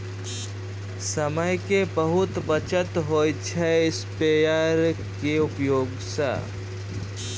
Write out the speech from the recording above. समय के बहुत बचत होय छै स्प्रेयर के उपयोग स